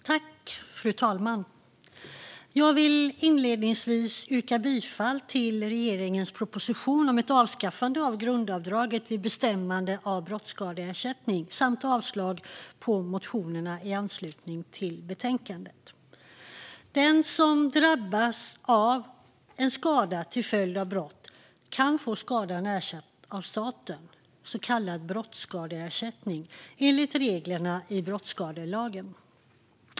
Fru talman! Jag vill inledningsvis yrka bifall till regeringens proposition om ett avskaffande av grundavdraget vid bestämmande av brottskadeersättning och avslag på motionerna i anslutning till betänkandet. Den som drabbats av en skada till följd av brott kan få skadan ersatt av staten genom så kallad brottsskadeersättning enligt reglerna i brottsskadelagen.